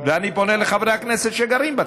ואני פונה לחברי הכנסת שגרים בצפון,